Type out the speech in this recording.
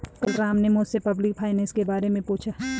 कल राम ने मुझसे पब्लिक फाइनेंस के बारे मे पूछा